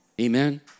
Amen